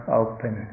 open